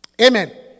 Amen